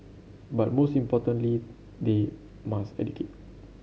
but most importantly they must educate